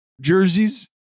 jerseys